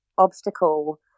obstacle